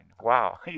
Wow